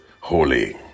holy